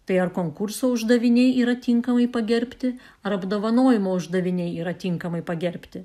tai ar konkurso uždaviniai yra tinkamai pagerbti ar apdovanojimo uždaviniai yra tinkamai pagerbti